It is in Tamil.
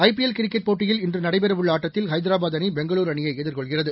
ஐ பி எல் கிரிக்கட் போட்டியில் இன்று நடைபெறவுள்ள ஆட்டத்தில் ஹைதராபாத் அணி பெங்களூரு அணியை எதிர்கொள்கிறது